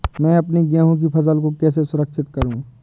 मैं अपनी गेहूँ की फसल को कैसे सुरक्षित करूँ?